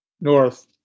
north